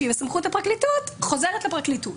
שהיא בסמכות הפרקליטות חוזרת לפרקליטות.